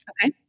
Okay